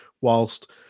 whilst